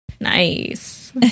Nice